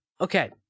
okay